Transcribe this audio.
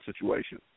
situation